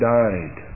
died